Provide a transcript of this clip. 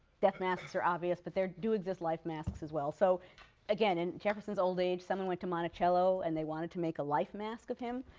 death masks are obvious, but there do exist life masks as well. so again, in jefferson's old age, someone went to monticello and they wanted to make a life mask of him.